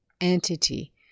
entity